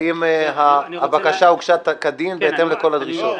האם הבקשה הוגשה כדין בהתאם לכל הדרישות?